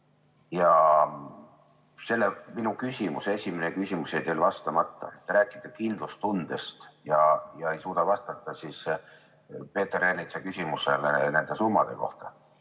Ja minu esimene küsimus jäi teil vastamata. Te rääkisite kindlustundest ja ei suuda vastata Peeter Ernitsa küsimusele nende summade kohta.